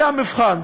זה המבחן,